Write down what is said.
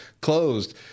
closed